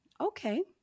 Okay